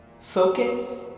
focus